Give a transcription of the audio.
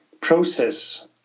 process